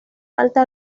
alta